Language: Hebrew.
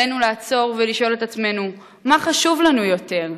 עלינו לעצור ולשאול את עצמנו: מה חשוב לנו יותר?